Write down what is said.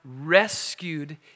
rescued